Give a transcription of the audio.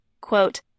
quote